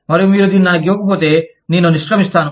మరియు మీరు దానిని నాకు ఇవ్వకపోతే నేను నిష్క్రమిస్తాను